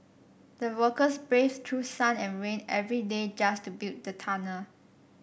the workers braved through sun and rain every day just to build the tunnel